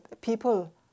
people